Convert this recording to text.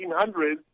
1800s